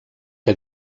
que